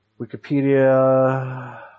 Wikipedia